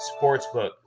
Sportsbook